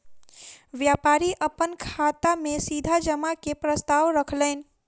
व्यापारी अपन खाता में सीधा जमा के प्रस्ताव रखलैन